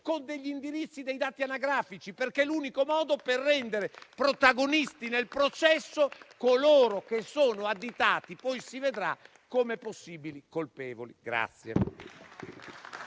con degli indirizzi e dei dati anagrafici perché è l'unico modo per rendere protagonisti nel processo coloro che sono additati - poi si vedrà - come possibili colpevoli.